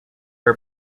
are